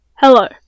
Hello